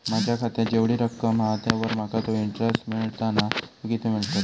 माझ्या खात्यात जेवढी रक्कम हा त्यावर माका तो इंटरेस्ट मिळता ना तो किती मिळतलो?